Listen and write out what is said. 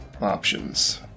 options